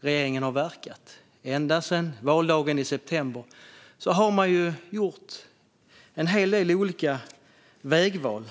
regeringen har verkat, ända sedan valdagen i september, har den gjort en hel del olika vägval.